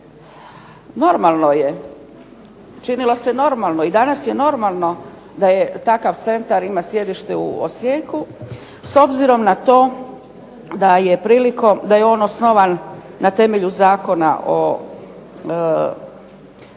Normalno je, činilo se normalno i danas je normalno da takav centar ima sjedište u Osijeku s obzirom na to da je on osnovan na temelju Zakona o